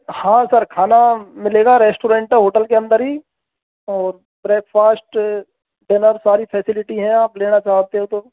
हाँ सर खाना मिलेगा रेस्टोरेंट है होटल के अंदर ही और ब्रेकफास्ट डिनर सारी फैसिलिटी हैं अगर आप लेना चाहते तो